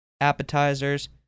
appetizers